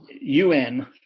UN